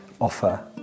offer